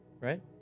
Right